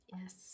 Yes